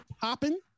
popping